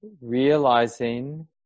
realizing